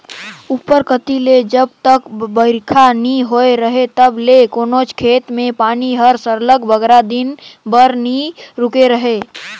उपर कती ले जब तक बरिखा नी होए रहें तब ले कोनोच खेत में पानी हर सरलग बगरा दिन बर नी रूके रहे